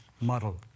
model